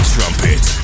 Trumpet